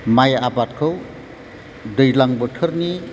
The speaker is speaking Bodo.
माइ आबादखौ दैज्लां बोथोरनि